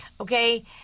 okay